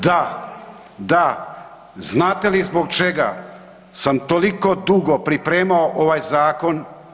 Da, da, znate li zbog čega sam toliko dugo pripremao ovaj zakon?